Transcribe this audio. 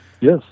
Yes